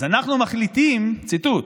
אז אנחנו מחליטים, ציטוט: